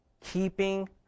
keeping